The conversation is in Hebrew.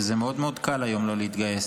וזה מאוד מאוד קל היום לא להתגייס,